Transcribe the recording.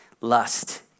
lust